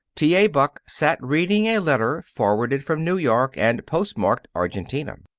t. a. buck sat reading a letter forwarded from new york and postmarked argentina.